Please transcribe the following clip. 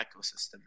ecosystem